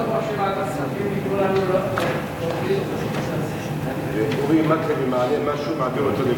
ההצעה להעביר את הנושא לוועדת הכספים נתקבלה.